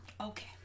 Okay